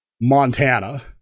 Montana